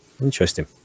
Interesting